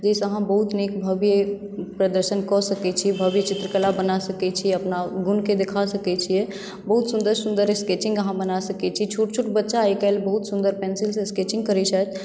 जाहिसँ हम बहुत नीक भव्य प्रदर्शन कऽ सकैत छी भव्य चित्रकला बना सकैत छी अपना गुणकेँ देखा सकैत छियै बहुत सुन्दर सुन्दर स्केचिंग अहाँ बना सकैत छी छोट छोट बच्चा आइ काल्हि बहुत सुन्दर पेन्सिल सॅं स्केचिंग करै छथि